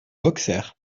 auxerre